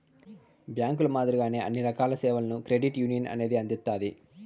బ్యాంకుల మాదిరిగానే అన్ని రకాల సేవలను క్రెడిట్ యునియన్ అనేది అందిత్తాది